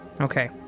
Okay